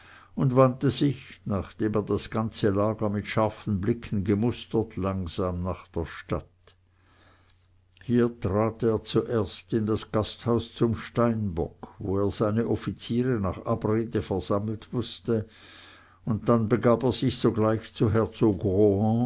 und wandte sich nachdem er das ganze lager mit scharfen blicken gemustert langsam nach der stadt hier trat er zuerst in das gastbaus zum steinbock wo er seine offiziere nach abrede versammelt wußte und dann begab er sich sogleich zu herzog